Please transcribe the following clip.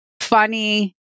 funny